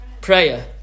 Prayer